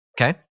Okay